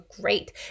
great